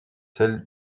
sail